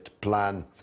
plan